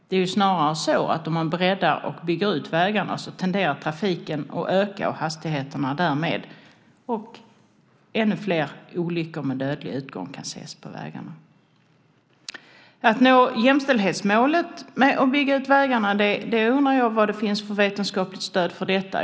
Snarare är det ju så att om man breddar och bygger ut vägarna tenderar trafiken att öka och hastigheterna därmed, och ännu fler olyckor med dödlig utgång kan ses på vägarna. När det gäller att nå jämställdhetsmålet med att bygga ut vägarna undrar jag vad det finns för vetenskapligt stöd för detta.